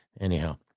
Anyhow